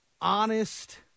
honest